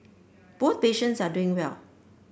both patients are doing well